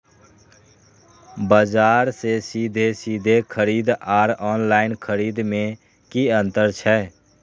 बजार से सीधे सीधे खरीद आर ऑनलाइन खरीद में की अंतर छै?